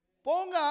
ponga